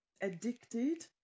addicted